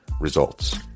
results